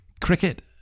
Cricket